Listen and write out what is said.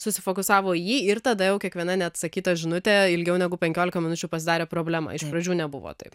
susifokusavo jį ir tada jau kiekviena neatsakyta žinutė ilgiau negu penkiolika minučių pasidarė problema iš pradžių nebuvo taip